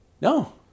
No